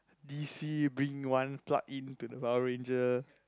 D_C bring one plug into Power Ranger